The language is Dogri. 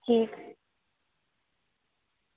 ठीक